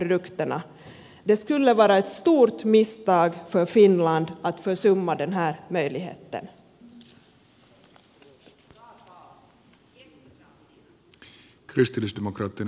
det skulle vara ett stort misstag för finland att försumma den här möjligheten